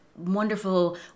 wonderful